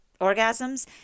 orgasms